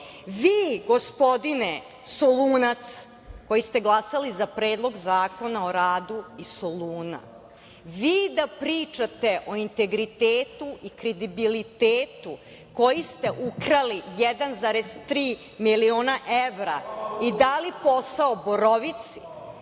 Vi, gospodine Solunac, koji ste glasali za Predlog zakona o radu iz Soluna, vi da pričate o integritetu i kredibilitetu koji ste ukrali 1,3 miliona evra i dali posao Borovici,